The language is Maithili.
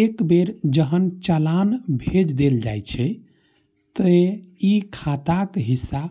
एक बेर जहन चालान भेज देल जाइ छै, ते ई खाताक हिस्सा